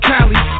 Cali